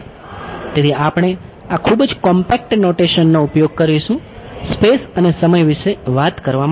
તેથી આપણે આ ખૂબ જ કોમ્પેક્ટ નૉટેશનનો ઉપયોગ કરીશું સ્પેસ અને સમય વિશે વાત કરવા માટે